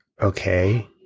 okay